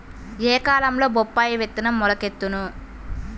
ఏ కాలంలో బొప్పాయి విత్తనం మొలకెత్తును?